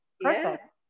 Perfect